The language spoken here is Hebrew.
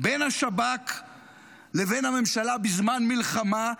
בין השב"כ לבין הממשלה בזמן מלחמה,